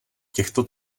těchto